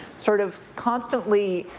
sort of constantly,